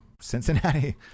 Cincinnati